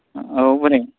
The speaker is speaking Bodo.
औ बोरै